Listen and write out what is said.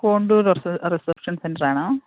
contour reception centre ആണോ